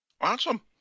Awesome